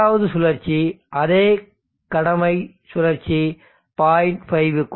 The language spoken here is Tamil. இரண்டாவது சுழற்சி அதே கடமை சுழற்சி 0